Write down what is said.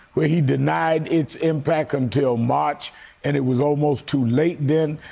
where he denied its impact until march and it was almost too late then,